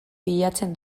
bilatzen